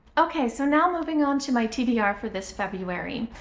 okay, so now moving on to my tbr for this february.